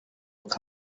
uko